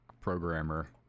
programmer